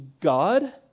God